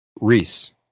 Reese